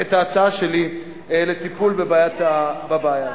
ההצעה שלי לטיפול בבעיה הזאת.